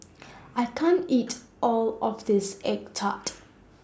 I can't eat All of This Egg Tart